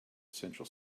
central